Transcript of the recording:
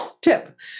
tip